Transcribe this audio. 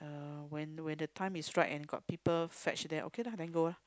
uh when when the time is right and got people fetch then okay lah then go lah